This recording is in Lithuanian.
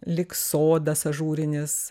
lyg sodas ažūrinis